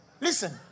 Listen